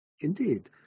Indeed